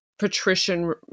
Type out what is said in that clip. patrician